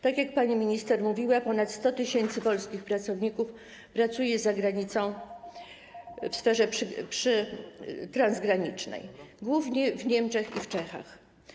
Tak jak pani minister mówiła, ponad 100 tys. polskich pracowników pracuje za granicą w sferze transgranicznej, głównie w Niemczech i w Czechach.